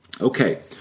Okay